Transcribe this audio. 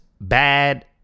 bad